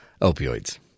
opioids